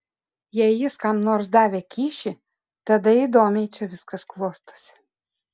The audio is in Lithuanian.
jei jis kam nors davė kyšį tada įdomiai čia viskas klostosi